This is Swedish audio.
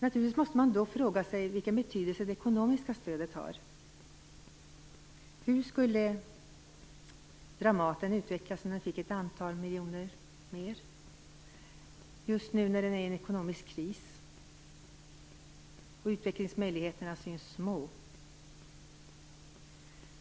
Naturligtvis måste man då fråga sig vilken betydelse det ekonomiska stödet har. Hur skulle Dramaten utvecklas om den fick ett antal miljoner mer just nu när den befinner sig i en ekonomisk kris och utvecklingsmöjligheterna syns små?